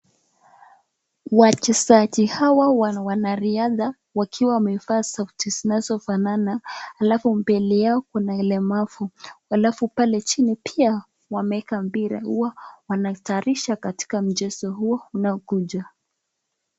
Wachezaji hawa wanariadha wakiwa wamevaa soksi zinazofanana. Halafu mbele yao kuna walemavu. Halafu pale chini pia wameweka mpira huo. Wanajitayarisha kwa mchezo huo unaokuja.